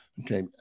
okay